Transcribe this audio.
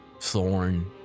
thorn